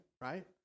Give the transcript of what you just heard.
right